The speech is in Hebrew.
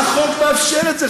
החוק מאפשר את זה,